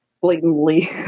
blatantly